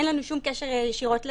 אין לנו שום קשר ישירות לנהנה.